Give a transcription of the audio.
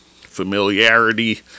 familiarity